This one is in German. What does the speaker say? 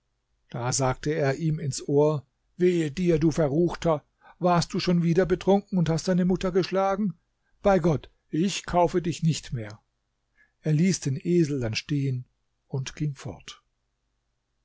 da sagte er ihm ins ohr wehe dir du verruchter warst du schon wieder betrunken und hast deine mutter geschlagen bei gott ich kaufe dich nicht mehr er ließ den esel dann stehen und ging fort